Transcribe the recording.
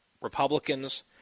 Republicans